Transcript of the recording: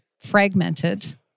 fragmented